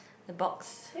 the box